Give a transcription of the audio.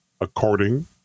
according